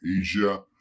Asia